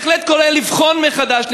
בהחלט קורא לבחון מחדש,